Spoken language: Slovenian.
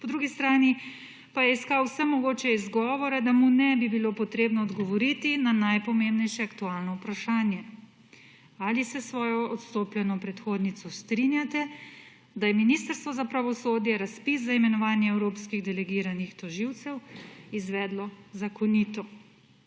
po drugi strani pa je iskal vse mogoče izgovore, da mu ne bi bilo potrebno odgovoriti na najpomembnejše aktualno vprašanje ali se s svojo odstopljeno predhodnico strinjate, da je Ministrstvo za pravosodje razpis za imenovanje evropskih delegiranih tožilcev izvedlo zakonito.